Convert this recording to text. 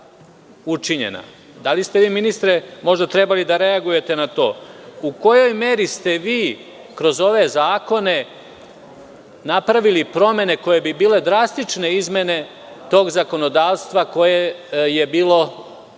Da li ste vi ministre, možda trebali da reagujete na to? U kojoj meri ste vi kroz ove zakone napravili promene koje bi bile drastične izmene tog zakonodavstva koje je bilo usvojeno